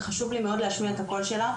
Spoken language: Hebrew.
ומאוד חשוב לי להשמיע את הקול שלה.